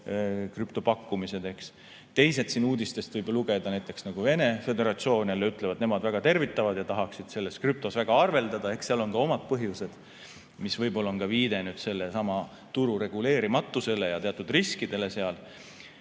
Teised, siin uudistest võib lugeda, nagu Venemaa Föderatsioon, jälle ütlevad, et nemad väga tervitavad ja tahaksid selles krüptos väga arveldada. Eks seal on ka omad põhjused, mis võib-olla on ka viide sellesama turu reguleerimatusele ja teatud riskidele.